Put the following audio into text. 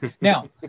Now